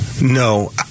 No